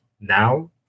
now